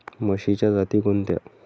म्हशीच्या जाती कोणत्या?